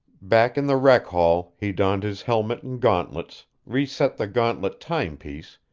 back in the rec-hall, he donned his helmet and gauntlets, reset the gauntlet timepiece,